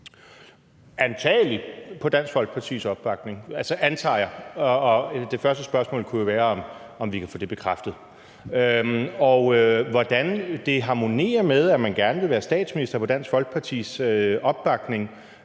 – på Dansk Folkepartis opbakning, antager jeg – og det første spørgsmål kunne jo være, om vi kan få det bekræftet. Hvordan harmonerer det med, at man gerne vil være statsminister på Dansk Folkepartis opbakning,